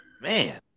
Man